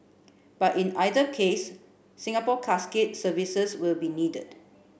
but in either case Singapore Casket's services will be needed